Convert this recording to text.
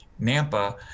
Nampa